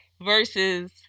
versus